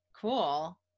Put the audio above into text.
cool